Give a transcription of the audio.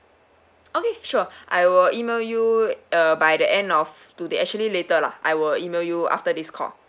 okay sure I will email you err by the end of today actually later lah I will email you after this call